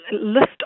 list